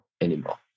anymore